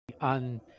on